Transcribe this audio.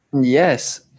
Yes